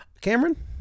Cameron